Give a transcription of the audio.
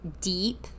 deep